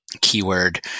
keyword